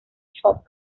short